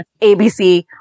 ABC